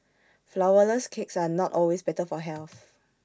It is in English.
Flourless Cakes are not always better for health